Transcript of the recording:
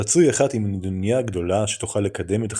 רצוי אחת עם נדוניה גדולה שתוכל לקדם את החווה.